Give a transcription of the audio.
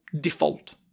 default